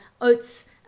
oats